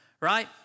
right